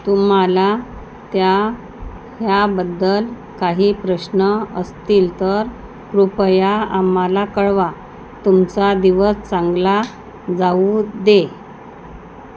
तुम्हाला त्या ह्याबद्दल काही प्रश्न असतील तर कृपया आम्हाला कळवा तुमचा दिवस चांगला जाऊ दे